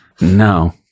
No